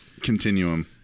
Continuum